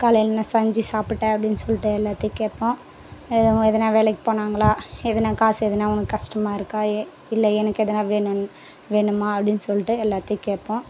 காலையில் என்ன செஞ்சு சாப்பிட்ட அப்படின்னு சொல்லிவிட்டு எல்லாத்தையும் கேட்போம் அவங்க எதனா வேலைக்கு போனாங்களா எதனா காசு எதனா உனக்கு கஷ்டமாக இருக்கா ஏ இல்லை எனக்கு எதனா வேணும்ன்னு வேணுமா அப்படின்னு சொல்லிட்டு எல்லாத்தையும் கேட்போம்